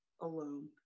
alone